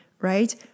right